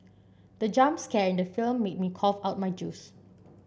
the jump scare in the film made me cough out my juice